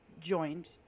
joined